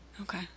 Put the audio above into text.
Okay